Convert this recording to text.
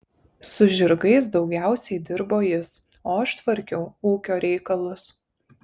su žirgais daugiausiai dirbo jis o aš tvarkiau ūkio reikalus